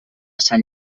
sant